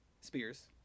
Spears